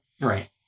Right